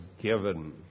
given